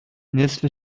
نصف